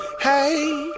hey